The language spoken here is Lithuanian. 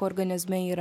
organizme yra